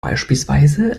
beispielsweise